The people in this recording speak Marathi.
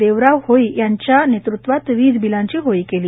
देवराव होळी यांच्या नेतृत्वात वीज बिलांची होळी केली